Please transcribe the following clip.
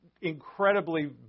incredibly